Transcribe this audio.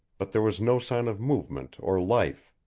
but there was no sign of movement or life.